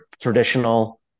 traditional